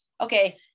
Okay